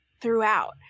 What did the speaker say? throughout